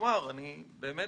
בעד